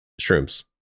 Shrooms